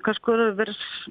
kažkur virš